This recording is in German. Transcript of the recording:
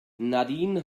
nadine